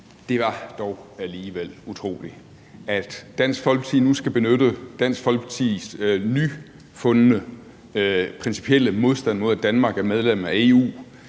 Det var dog alligevel utroligt, at Dansk Folkeparti nu skal benytte Dansk Folkepartis nyfundne principielle modstand mod, at Danmark er medlem af EU,